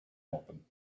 helpen